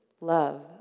love